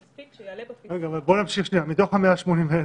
הצעת החוק הממשלתית מבקשת להסמיך מחדש את השירות לסייע למשרד הבריאות,